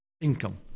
income